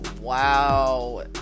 Wow